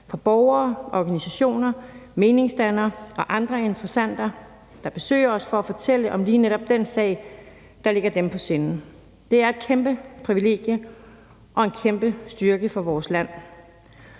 af borgere, organisationer, meningsdannere og andre interessenter, der besøger os for at høre og fortælle om lige netop den sag, der ligger dem på sinde. Det er et kæmpe privilegie og en kæmpe styrke for vores land.